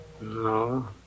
No